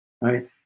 right